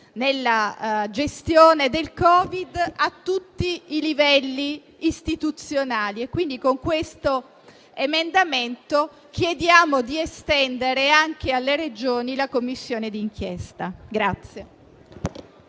nella gestione del Covid-19, a tutti i livelli istituzionali. Quindi, con questo emendamento, chiediamo di estendere anche alle Regioni la Commissione d'inchiesta.